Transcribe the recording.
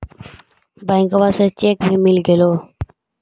बैंकवा से चेक भी मिलगेलो?